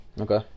Okay